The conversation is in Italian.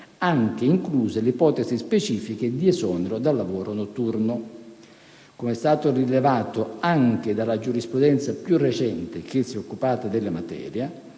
incluse le ipotesi specifiche di esonero dal lavoro notturno. Come è stato rilevato anche dalla giurisprudenza più recente che si è occupata della materia,